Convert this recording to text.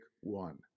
one